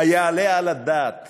היעלה על הדעת